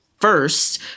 first